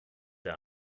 der